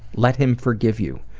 let him forgive you.